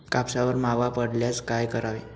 कापसावर मावा पडल्यास काय करावे?